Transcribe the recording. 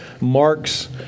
Mark's